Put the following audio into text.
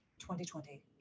2020